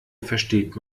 versteht